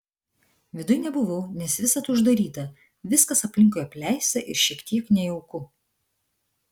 viduj nebuvau nes visad uždaryta viskas aplinkui apleista ir šiek tiek nejauku